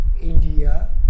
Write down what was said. India